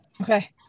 Okay